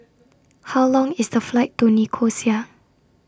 How Long IS The Flight to Nicosia